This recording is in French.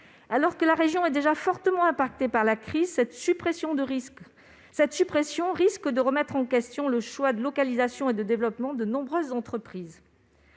Alors que la région est déjà fortement impactée par la crise, cette suppression risque de remettre en question le choix de localisation et de développement de nombreuses entreprises.